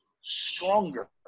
stronger